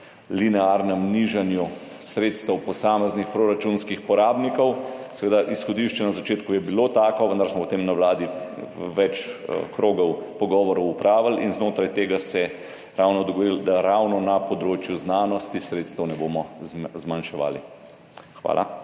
linearnem nižanju sredstev posameznih proračunskih porabnikov, seveda izhodišče na začetku je bilo tako, vendar smo potem na vladi več krogov pogovorov opravili in se znotraj tega dogovorili, da ravno na področju znanosti sredstev ne bomo zmanjševali. Hvala.